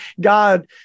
God